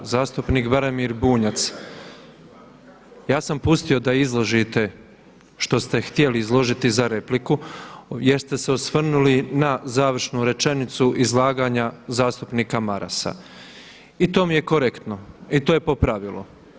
Zastupnik Branimir Bunjac ja sam pustio da izložite što ste htjeli izložiti za repliku jer ste se osvrnuli na završnu rečenicu izlaganja zastupnika Marasa i to mi je korektno i to je po pravilu.